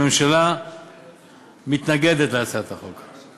הממשלה מתנגדת להצעת החוק.